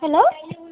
hello